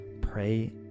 Pray